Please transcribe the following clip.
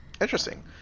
interesting